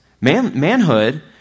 Manhood